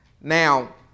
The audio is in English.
Now